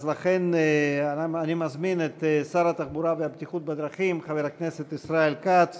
לכן אני מזמין את שר התחבורה והבטיחות בדרכים חבר הכנסת ישראל כץ